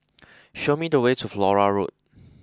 show me the way to Flora Road